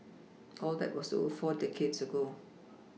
all that was over four decades ago